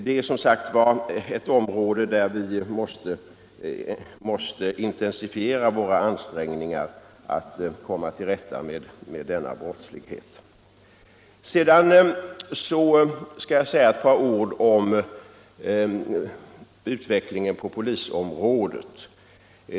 Det är som sagt ett område där vi måste intensifiera våra ansträngningar att komma till rätta med brottsligheten. Jag skall också säga några ord om utvecklingen på polisområdet.